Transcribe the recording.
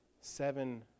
seven